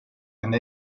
and